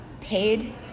paid